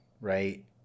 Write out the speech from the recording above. right